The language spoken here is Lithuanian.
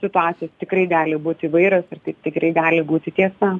situacijos tikrai gali būti įvairios ir tai tikrai gali būti tiesa